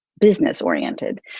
business-oriented